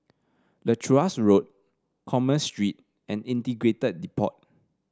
Leuchars Road Commerce Street and Integrated Depot